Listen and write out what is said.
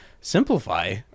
simplify